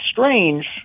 strange